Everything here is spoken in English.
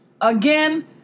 Again